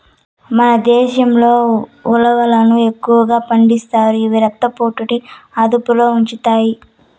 మన దేశంలో ఉలవలను ఎక్కువగా పండిస్తారు, ఇవి రక్త పోటుని అదుపులో ఉంచుతాయి